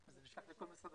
אני שומע אתכם כל הזמן.